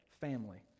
family